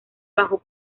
bajo